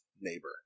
neighbor